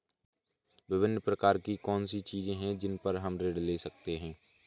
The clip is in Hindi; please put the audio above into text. विभिन्न प्रकार की कौन सी चीजें हैं जिन पर हम ऋण ले सकते हैं?